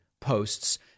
posts